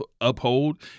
uphold